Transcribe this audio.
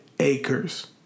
acres